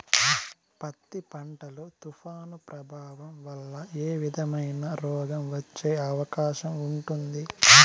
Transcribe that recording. పత్తి పంట లో, తుఫాను ప్రభావం వల్ల ఏ విధమైన రోగం వచ్చే అవకాశం ఉంటుంది?